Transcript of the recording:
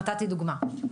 נתתי דוגמה.